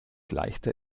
leichter